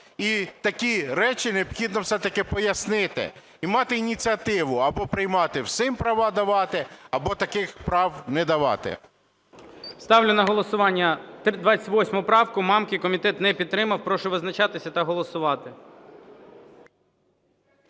І такі речі необхідно все-таки пояснити і мати ініціативу або приймати всім права давати або таких прав не давати. ГОЛОВУЮЧИЙ. Ставлю на голосування 28 правку Мамки. Комітет не підтримав. Прошу визначатися та голосувати.